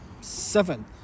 seven